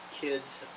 Kids